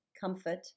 comfort